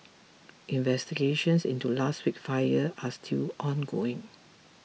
investigations into last week's fire are still ongoing